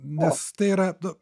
nes tai yra nu